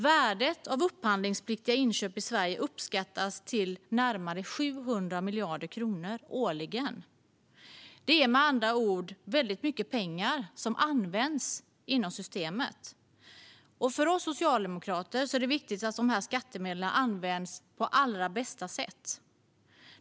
Värdet av upphandlingspliktiga inköp i Sverige uppskattas till närmare 700 miljarder kronor årligen. Det är med andra ord väldigt mycket pengar som används inom systemet. För oss socialdemokrater är det viktigt att dessa skattemedel används på allra bästa sätt.